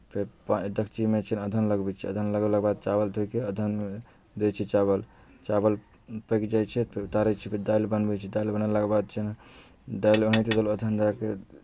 फेर पा डेक्चीमे से अदहन लगबै छियै अदहन लगेलाके बाद चावल धोए कऽ अदहनमे दै छियै चावल चावल पाकि जाइ छै तऽ उतारै छियै फेर दालि बनबै छियै दालि बनेलाके बाद छै ने दालि बनै छै अदहन दए कऽ